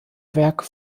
werke